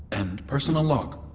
end personal log